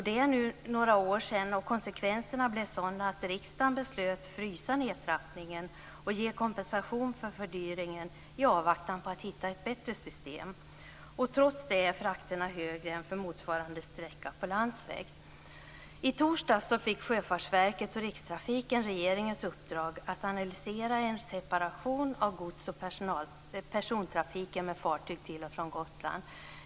Det är nu några år sedan, och konsekvenserna blev sådana att riksdagen beslöt att frysa nedtrappningen och ge kompensation för fördyringen i avvaktan på att man skulle hitta ett bättre system. Trots det är fraktkostnaden högre på denna sträcka än på motsvarande sträcka på landsväg. Gotland.